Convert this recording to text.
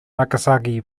nagasaki